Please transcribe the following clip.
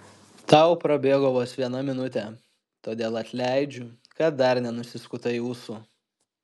tau prabėgo vos viena minutė todėl atleidžiu kad dar nenusiskutai ūsų